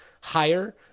higher